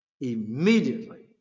Immediately